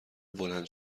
بلند